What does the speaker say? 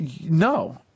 no